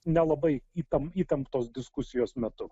nelabai itam įtemptos diskusijos metu